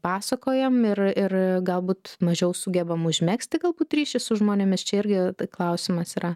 pasakojam ir ir galbūt mažiau sugebam užmegzti galbūt ryšį su žmonėmis čia irgi klausimas yra